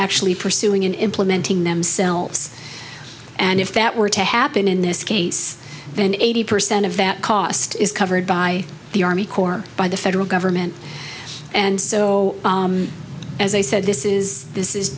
actually pursuing and implementing themselves and if that were to happen in this case then eighty percent of that cost is covered by the army corps by the federal government and so as i said this is this